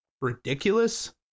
ridiculous